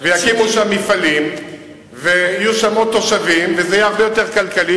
ויקימו שם מפעלים ויהיו שם עוד תושבים וזה יהיה הרבה יותר כלכלי,